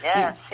Yes